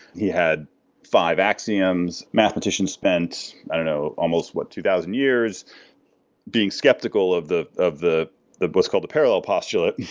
he had five axioms. mathematicians spent i don't know. almost what? two thousand years being skeptical of the of the what's called the parallel postulate,